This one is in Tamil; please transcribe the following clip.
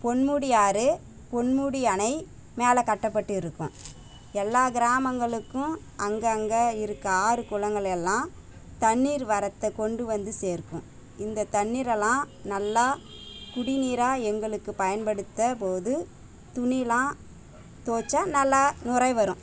பொன்முடி ஆறு பொன்முடி அணை மேலே கட்டப்பட்டு இருக்கும் எல்லா கிராமங்களுக்கும் அங்கே அங்கே இருக்கற ஆறு குளங்களையெல்லாம் தண்ணீர் வரத்த கொண்டு வந்து சேர்க்கும் இந்த தண்ணீரெல்லாம் நல்லா குடிநீராக எங்களுக்கு பயன்படுத்த போது துணியெ லாம் துவச்சா நல்லா நுரை வரும்